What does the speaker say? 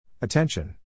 Attention